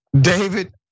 David